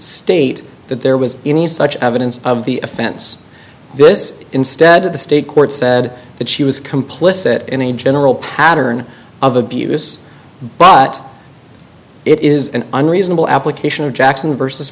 state that there was any such evidence of the offense because instead of the state court said that she was complicit in a general pattern of abuse but it is an unreasonable application of jackson versus